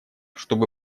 чтобы